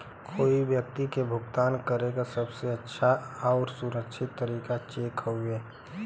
कोई व्यक्ति के भुगतान करे क सबसे अच्छा आउर सुरक्षित तरीका चेक हउवे